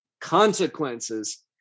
consequences